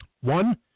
One